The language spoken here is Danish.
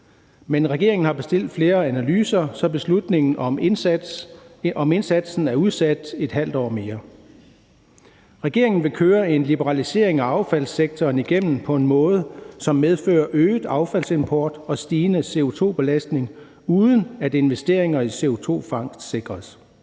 men regeringen har bestilt flere analyser, så beslutningen om indsatsen er udskudt et halvt år mere. Regeringen vil køre en liberalisering af affaldssektoren igennem på en måde, som medfører øget affaldsimport og stigende CO2-belastning, uden at investeringer i CO2-fangst sikres.